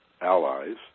allies